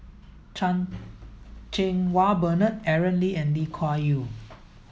Chan Cheng Wah Bernard Aaron Lee and Lee Kuan Yew